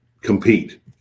compete